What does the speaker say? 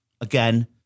Again